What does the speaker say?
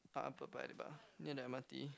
Upper-Paya-Lebar near the M_R_T